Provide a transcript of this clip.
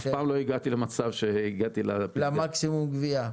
אף פעם לא הגעתי למצב שהגעתי למקסימום גבייה.